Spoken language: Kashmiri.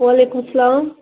وعلیکُم سَلام